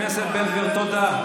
חבר הכנסת בן גביר, תודה.